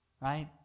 right